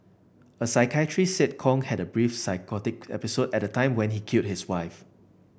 a psychiatrist said Kong had a brief psychotic episode at the time when he killed his wife